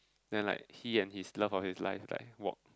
then like he and his love of life like walk